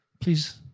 please